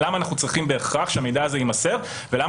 למה אנחנו צריכים שהמידע הזה יימסר ולמה